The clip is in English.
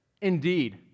Indeed